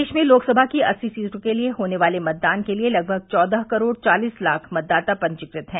प्रदेश में लोकसभा की अस्सी सीटों के होने वाले मतदान के लिये लगभग चौदह करोड़ चालीस लाख मतदाता पंजीकृत हैं